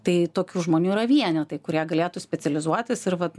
tai tokių žmonių yra vienetai kurie galėtų specializuotis ir vat